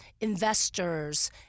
investors